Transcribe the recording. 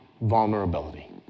vulnerability